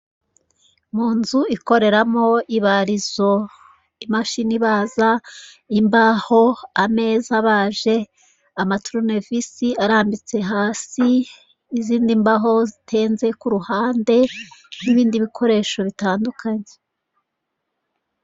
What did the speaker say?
Imodoka yu'mweru iri mu muhanda wumukara ifite amapine y'umukara, iri mu mabara yu'mweru ndetse harimo n'mabara y'umuhondo, iruhande rwayo hari ipikipiki itwaye umuntu umwe wambaye agakote k'umuhondo ndetse n'ubururu, ipantaro y'umweru ndetse numupira w'mweru n'undi wambaye umupira wumukara ipantaro y'umuhondo werurutse n'ingofero y'ubururu ahetse n'igikapu cy'umukara.